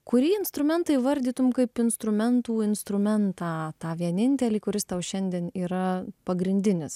kurį instrumentą įvardytum kaip instrumentų instrumentą tą vienintelį kuris tau šiandien yra pagrindinis